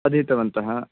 अधीतवन्तः